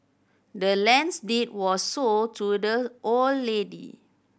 the land's deed was sold to the old lady